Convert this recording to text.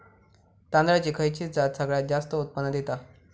तांदळाची खयची जात सगळयात जास्त उत्पन्न दिता?